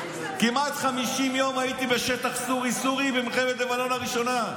כמעט 50 יום הייתי בשטח סורי סורי במלחמת לבנון הראשונה.